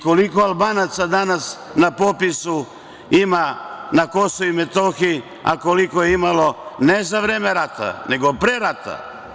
Koliko Albanaca danas na popisu ima na KiM a koliko je imalo ne za vreme rata nego pre rata?